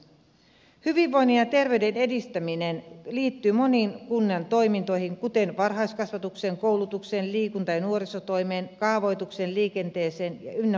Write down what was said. hyvinvoinnin ja terveyden edistäminen liittyy moniin kunnan toimintoihin kuten varhaiskasvatukseen koulutukseen liikunta ja nuorisotoimeen kaavoitukseen liikenteeseen ynnä muihin